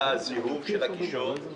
היה זיהום של הקישון,